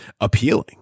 appealing